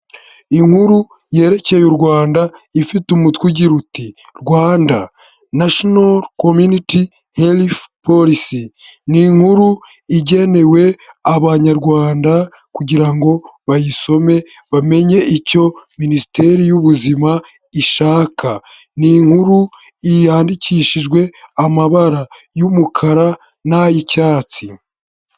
Inkuru yerekeye u Rwanda ifite umutwe ugira uti “Rwanda National Community Health Policy” ni inkuru igenewe abanyarwanda kugira ngo bayisome bamenye icyo minisiteri y'ubuzima ishaka ni inkuru yandikishijwe amabara y'umukara nay'icyatsi.